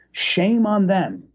shame on them.